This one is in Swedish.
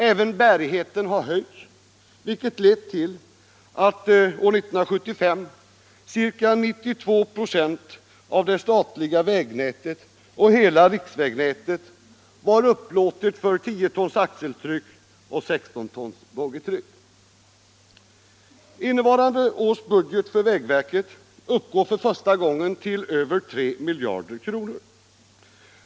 Även bärigheten har höjts, vilket lett till att år 1975 ca 92 96 av det statliga vägnätet och hela riksvägnätet var upplåtet för 10 tons axeltryck och 16 tons boggitryck. Innevarande års budget för vägverket uppgår för första gången till över 3 miljarder kronor.